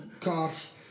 cough